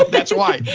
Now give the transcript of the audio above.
that's why.